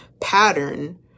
pattern